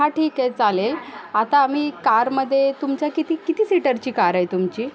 हा ठीक आहे चालेल आता आम्ही कारमध्ये तुमच्या किती किती सिटरची कार आहे तुमची